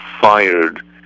fired